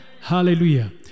Hallelujah